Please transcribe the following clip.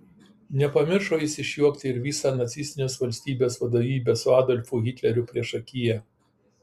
nepamiršo jis išjuokti ir visą nacistinės valstybės vadovybę su adolfu hitleriu priešakyje